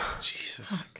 Jesus